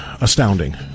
astounding